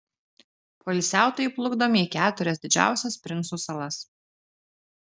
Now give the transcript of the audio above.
poilsiautojai plukdomi į keturias didžiausias princų salas